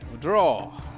Draw